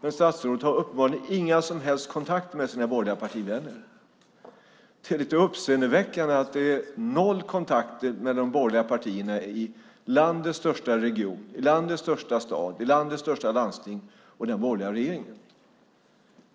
men statsrådet har uppenbarligen inga som helst kontakter med sina borgerliga partivänner. Det är lite uppseendeväckande att det är noll kontakter mellan de borgerliga partierna i landets största region, i landets största stad, i landets största landsting och den borgerliga regeringen.